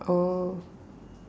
oh